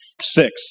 Six